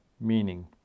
meaning